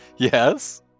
Yes